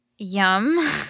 Yum